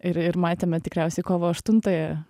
ir ir matėme tikriausiai kovo aštuntąją